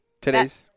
today's